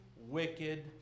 wicked